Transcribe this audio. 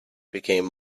became